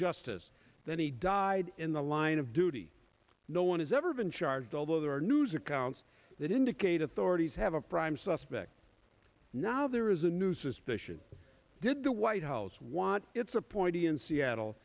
justice that he died in the line of duty no one has ever been charged although there are news accounts that indicate authorities have a prime suspect now there is a new suspicion did the white house want its appointee in seattle